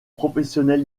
professionnels